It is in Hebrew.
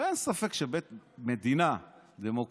הרי אין ספק שבמדינה דמוקרטית,